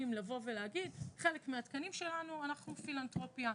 להגיד שחלק מהתקנים שלהם זה מפילנתרופיה.